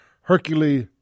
Hercule